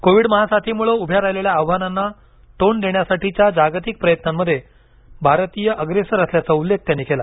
Covid महासाथीमुळे उभ्या राहिलेल्या आव्हानांना तोंड देण्यासाठीच्या जागतिक प्रयत्नांमध्ये भारतीय अग्रेसर असल्याचा उल्लेख त्यांनी केला